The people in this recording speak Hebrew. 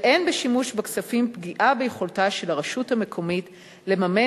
ואין בשימוש בכספים פגיעה ביכולתה של הרשות המקומית לממן